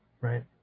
Right